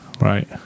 Right